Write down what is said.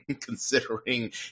considering